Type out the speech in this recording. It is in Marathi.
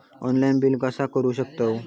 ऑनलाइन बिल कसा करु शकतव?